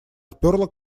отперла